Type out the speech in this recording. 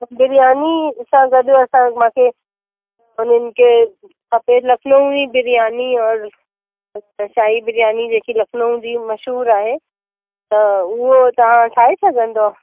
बिरयानी सां गॾु असां मूंखे उन्हनि खे खपे लखनवी बिरयानी और शाही बिरयानी जेकी लखनऊ जी मशहूरु आहे त उहो तव्हां ठाहे सघंदो